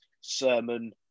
Sermon